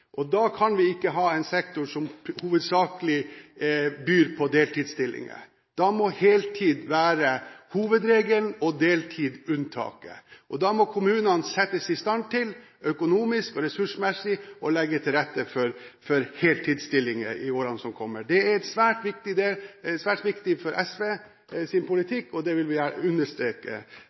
rekruttering. Da kan vi ikke ha en sektor som hovedsakelig byr på deltidsstillinger. Da må heltid være hovedregelen, og deltid unntaket. Da må kommunene settes i stand til økonomisk og ressursmessig å legge til rette for heltidsstillinger i årene som kommer. Det er en svært viktig del av SVs politikk, og det vil jeg understreke også i mitt innlegg. Til slutt: Skal vi